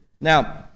Now